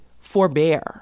Forbear